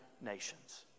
nations